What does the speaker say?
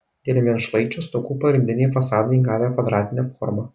dėl vienšlaičių stogų pagrindiniai fasadai įgavę kvadratinę formą